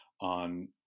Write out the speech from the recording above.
on